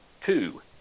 two